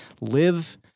live